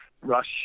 rush